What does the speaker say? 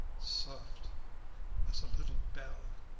soft as a little bell,